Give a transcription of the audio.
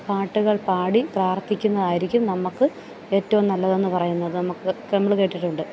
പാട്ടുകൾ പാടി പ്രാർത്ഥിക്കുന്നതായിരിക്കും നമുക്ക് ഏറ്റവും നല്ലതെന്ന് പറയുന്നത് നമുക്ക് ഇപ്പം നമ്മൾ കേട്ടിട്ടുണ്ട്